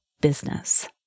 business